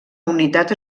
unitat